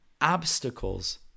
obstacles